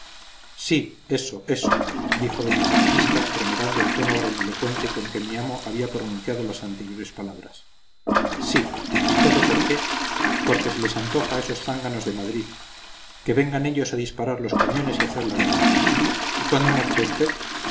futuras sí eso eso dijo doña francisca remedando el tono grandilocuente con que mi amo había pronunciado las anteriores palabras sí y todo por qué porque se les antoja a esos zánganos de madrid que vengan ellos a disparar los cañones y a hacer la guerra y cuándo marcha usted